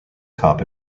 cup